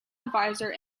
advisor